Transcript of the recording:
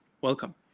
Welcome